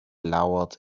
lowered